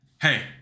hey